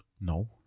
No